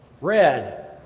red